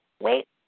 Wait